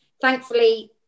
Thankfully